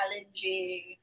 challenging